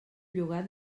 llogat